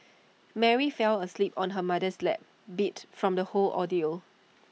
Mary fell asleep on her mother's lap beat from the whole ordeal